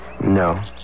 No